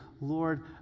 Lord